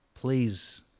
please